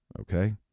Okay